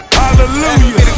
hallelujah